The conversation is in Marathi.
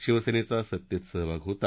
शिवसेनेचा सत्तेत सहभाग होता